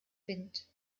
wind